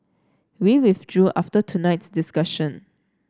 we withdrew after tonight's discussion